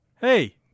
hey